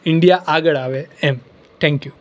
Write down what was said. India આગળ આવે એમ થેન્ક યુ